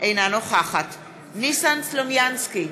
אינה נוכחת ניסן סלומינסקי,